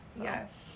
Yes